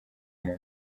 mama